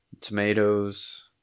tomatoes